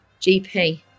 GP